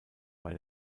bei